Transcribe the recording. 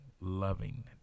loving